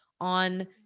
on